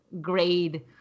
grade